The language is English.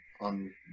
on